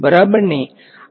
બરાબરને